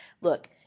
Look